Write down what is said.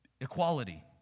Equality